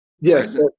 Yes